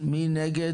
מי נגד.